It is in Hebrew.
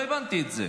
לא הבנתי את זה.